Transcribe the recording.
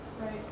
Right